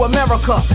America